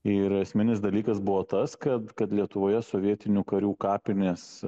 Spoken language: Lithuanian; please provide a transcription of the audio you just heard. ir esminis dalykas buvo tas kad kad lietuvoje sovietinių karių kapinės